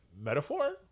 metaphor